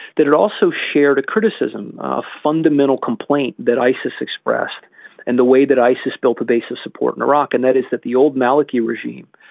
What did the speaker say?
that it also shared a criticism, a fundamental complaint that isis expressed and the way that isis built a base of support in iraq, and that is that the old maliki regime,